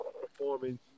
performing